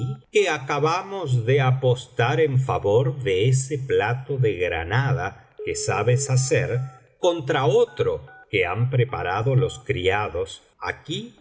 acabamos de apostar en favor de ese plato de granada que sabes hacer contra otro que han preparado los criados aquí